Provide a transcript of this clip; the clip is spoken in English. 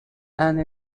and